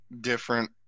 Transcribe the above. different